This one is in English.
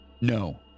No